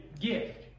gift